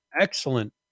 excellent